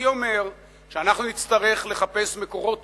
אני אומר שאנחנו נצטרך לחפש מקורות